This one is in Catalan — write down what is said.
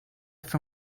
fer